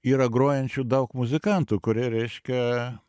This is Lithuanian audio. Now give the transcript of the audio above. yra grojančių daug muzikantų kurie reiškia